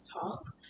talk